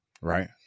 Right